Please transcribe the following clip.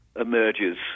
emerges